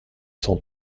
cent